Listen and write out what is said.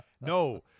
No